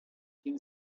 thin